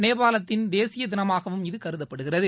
நேபாளத்தின் தேசிய தினமாகவும் இது கருதப்படுகிறது